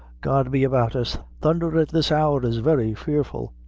god be about us, thundher at this hour is very fearful.